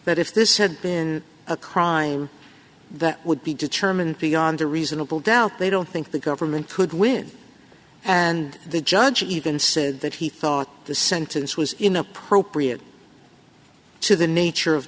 that if this had been a crime that would be determined beyond a reasonable doubt they don't think the government could win and the judge even said that he thought the sentence was inappropriate so the nature of